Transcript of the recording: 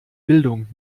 bildung